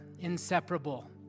inseparable